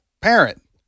parent